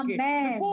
Amen